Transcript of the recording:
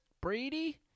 Brady